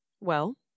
Well